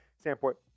standpoint